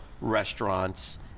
restaurants